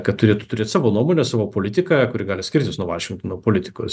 kad turėtų turėt savo nuomonę savo politiką kuri gali skirtis nuo vašingtono politikos